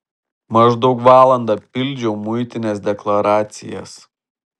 maždaug valandą pildžiau muitinės deklaracijas